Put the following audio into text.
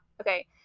Okay